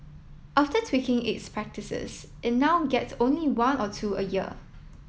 after tweaking its practices it now gets only one or two a year